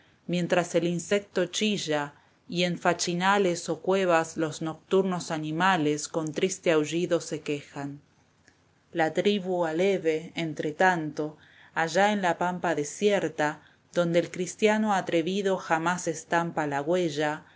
mientras el insecto chilla y en fachinales i o cuevas los nocturnos animales con triste aullido se quejan la tribu aleve entretanto allá en la pampa desierta donde el cristiano atrevido jamás estampa la huella ha